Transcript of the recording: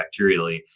bacterially